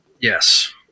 Yes